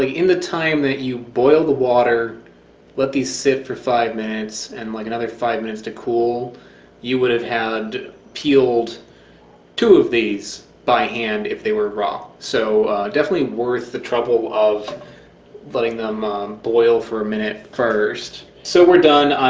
in the time that you boil the water let these sit for five minutes and like another five minutes to cool you would have had peeled two of these by hand if they were raw, so definitely worth the trouble of letting them boil for a minute first. so we're done.